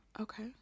okay